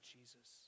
Jesus